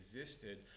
existed